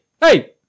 hey